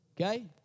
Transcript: Okay